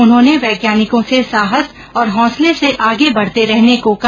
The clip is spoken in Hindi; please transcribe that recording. उन्होंने वैज्ञानिकों से साहस और हौंसले से आगे बढ़ते रहने को कहा